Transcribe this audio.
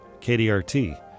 KDRT